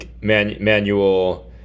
manual